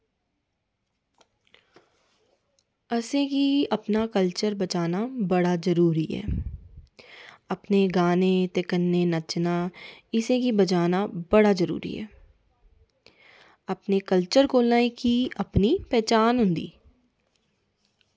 असेंगी अपना कल्चर बचाना बड़ा जरूरी ऐ केह् गाने ते कन्नै नच्चना इसगी बचाना बड़ा जरूरी ऐ कि कल्चर कोला गै अपनी पहचान होंदी